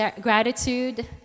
gratitude